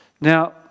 Now